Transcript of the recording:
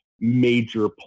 major